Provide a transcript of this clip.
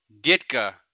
Ditka